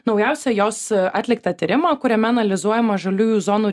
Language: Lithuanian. naujausią jos atliktą tyrimą kuriame analizuojama žaliųjų zonų